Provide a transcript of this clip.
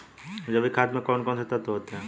जैविक खाद में कौन कौन से तत्व होते हैं?